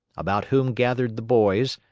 about whom gathered the boys,